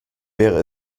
wäre